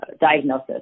diagnosis